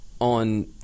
on